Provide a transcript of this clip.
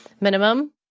minimum